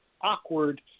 awkward